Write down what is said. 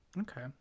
okay